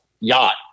yacht